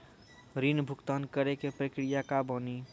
ऋण भुगतान करे के प्रक्रिया का बानी?